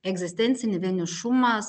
egzistencinį vienišumas